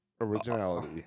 Originality